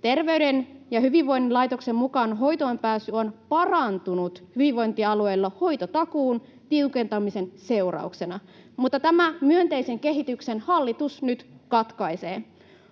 Terveyden ja hyvinvoinnin laitoksen mukaan hoitoonpääsy on parantunut hyvinvointialueilla hoitotakuun tiukentamisen seurauksena, mutta tämän myönteisen kehityksen hallitus nyt katkaisee.